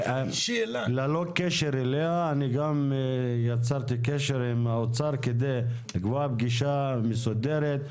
ללא קשר אליה אני גם יצרתי קשר עם האוצר כדי לקבוע פגישה מסודרת,